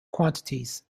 quantities